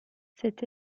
cette